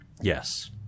Yes